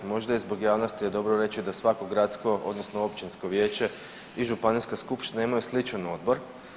Možda i zbog javnosti je dobro reći da svako gradsko odnosno općinsko vijeće i županijska skupština imaju sličan odbor.